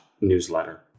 newsletter